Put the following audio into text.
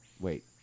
Wait